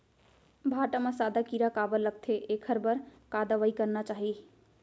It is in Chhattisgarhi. भांटा म सादा कीरा काबर लगथे एखर बर का दवई करना चाही?